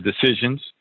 decisions